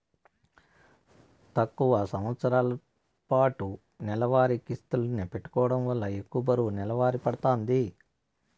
తక్కువ సంవస్తరాలపాటు నెలవారీ కిస్తుల్ని పెట్టుకోవడం వల్ల ఎక్కువ బరువు నెలవారీ పడతాంది